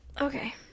Okay